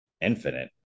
infinite